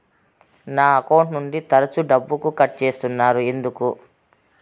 నా అకౌంట్ నుండి తరచు డబ్బుకు కట్ సేస్తున్నారు ఎందుకు